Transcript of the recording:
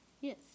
Yes